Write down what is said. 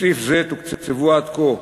בסעיף זה תוקצבו עד כה